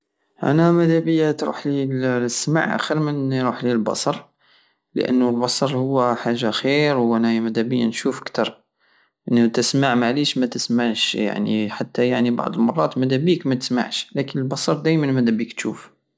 انا مدابية تروحلي السمع خير من يروحلي البصر لانو البصر هو حاجة خير وانيا مدابية نشوف كتر لانو تسمع معليش متسمعش ييعني حتى يعني بعض المرات مدابيك متسمعش لكن البصر دايمن مدابيك تشوف